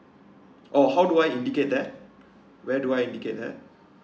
oh how do I indicate that where do I indicate that